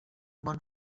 bon